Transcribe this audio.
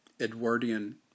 Edwardian